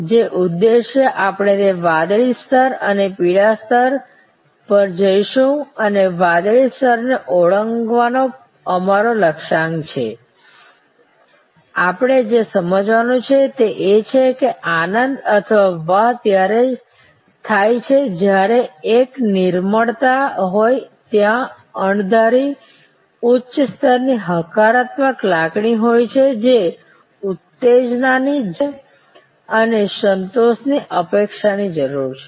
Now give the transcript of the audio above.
જે ઉદ્દેશ્ય આપણે તે વાદળી સ્તર અને પીળા સ્તર પર જોઈશું અને વાદળી સ્તરને ઓળંગવાનો અમારો લક્ષ્યાંક છે આપણે જે સમજવાનું છે તે એ છે કે આનંદ અથવા વાહ ત્યારે થાય છે જ્યારે એક નિર્મળતા હોય ત્યાં અણધારી ઉચ્ચ સ્તરની હકારાત્મક લાગણી હોય છે જે ઉત્તેજનાની જરૂર છે અને સંતોષની અપેક્ષાની જરૂર છે